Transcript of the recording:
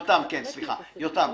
תראה,